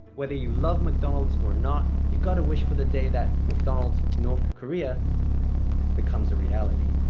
whether you love mcdonald's or not you gotta wish for the day that mcdonald's north korea becomes a reality